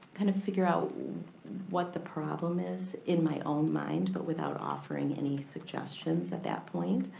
kind of figure out what the problem is, in my own mind, but without offering any suggestions at that point.